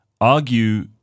argue